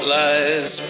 lies